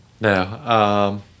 No